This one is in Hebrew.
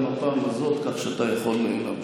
אני קורא אותך לסדר פעם ראשונה.